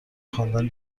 خواندن